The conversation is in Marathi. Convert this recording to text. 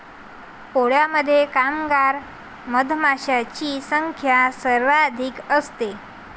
पोळ्यामध्ये कामगार मधमाशांची संख्या सर्वाधिक असते